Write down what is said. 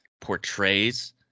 portrays